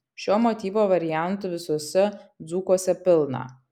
šio motyvo variantų visuose dzūkuose pilna